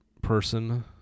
person